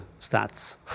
stats